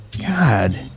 God